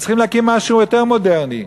הם צריכים להקים משהו יותר מודרני.